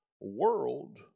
World